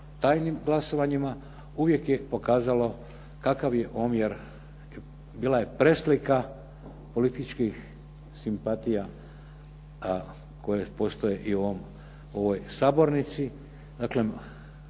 tajnim glasovanjima, uvijek je pokazalo kakav je omjer, bila je preslika političkih simpatija koje postoje i u ovoj sabornici.